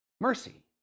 mercy